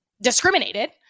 discriminated